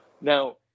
Now